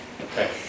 Okay